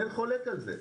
אין חולק על זה.